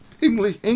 English